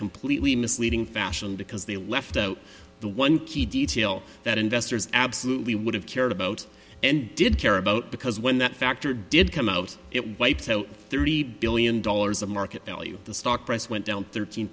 completely misleading fashion because they left out the one key detail that investors absolutely would have cared about and did care about because when that factor did come out it wiped out thirty billion dollars of market value the stock price went down thirteen